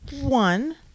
one